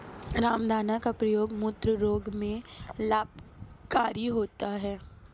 रामदाना का प्रयोग मूत्र रोग में लाभकारी होता है